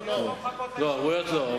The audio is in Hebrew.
לא לא, הערבויות לא מחכות לאישור.